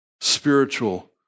spiritual